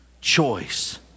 choice